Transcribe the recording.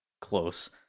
Close